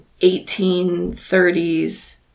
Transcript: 1830s